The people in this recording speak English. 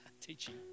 teaching